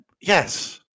yes